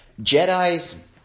jedi's